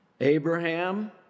Abraham